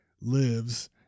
lives